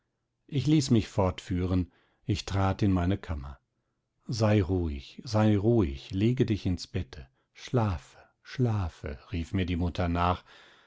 ich ließ mich fortführen ich trat in meine kammer sei ruhig sei ruhig lege dich ins bette schlafe schlafe rief mir die mutter nach